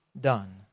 done